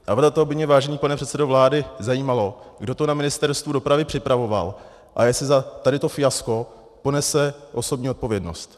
A proto by mě, vážený pane předsedo vlády, zajímalo, kdo to na Ministerstvu dopravy připravoval a jestli za tady to fiasko ponese osobní odpovědnost.